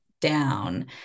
down